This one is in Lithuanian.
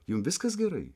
jum viskas gerai